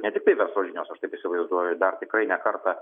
ne tiktai verslo žinios aš taip įsivaizduoju dar tikrai ne kartą